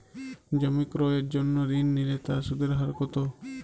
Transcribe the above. জমি ক্রয়ের জন্য ঋণ নিলে তার সুদের হার কতো?